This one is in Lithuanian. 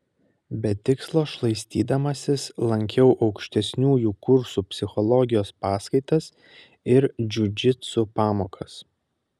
be tikslo šlaistydamasis lankiau aukštesniųjų kursų psichologijos paskaitas ir džiudžitsu pamokas